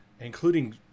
including